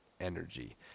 energy